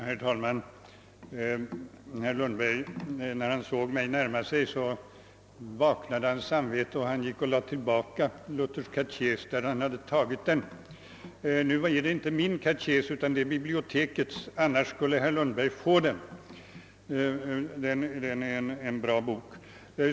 Herr talman! När herr Lundberg såg mig närma sig vaknade hans samvete, och han lade tillbaka Luthers katekes där han hade tagit den. Nu är det inte min katekes utan bibliotekets, annars skulle herr Lundberg få den. Det är en bra bok.